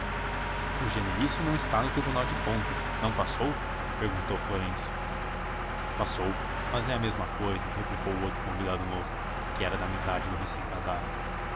o genelício não está no tribunal de contas não passou perguntou florêncio passou mas é a mesma cousa replicou o outro convidado novo que era da amizade do